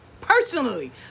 personally